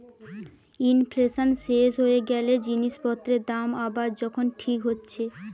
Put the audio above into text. inflation শেষ হয়ে গ্যালে জিনিস পত্রের দাম আবার যখন ঠিক হচ্ছে